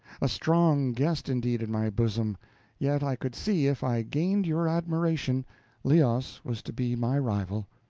a strong guest indeed, in my bosom yet i could see if i gained your admiration leos was to be my rival.